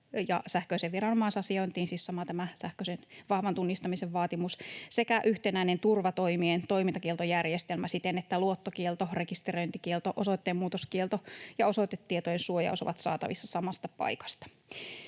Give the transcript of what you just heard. sähköisen vahvan tunnistamisen vaatimus sähköiseen viranomaisasiointiin sekä yhtenäinen turvatoimien toimintakieltojärjestelmä siten, että luottokielto, rekisteröintikielto, osoitteenmuutoskielto ja osoitetietojen suojaus ovat saatavissa samasta paikasta.